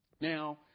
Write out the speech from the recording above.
now